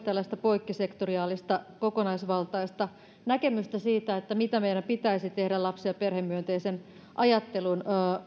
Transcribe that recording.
tällaista poikkisektoriaalista kokonaisvaltaista näkemystä siitä mitä meidän pitäisi tehdä lapsi ja perhemyönteisen ajattelun